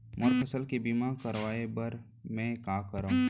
मोर फसल के बीमा करवाये बर में का करंव?